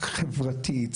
חברתית,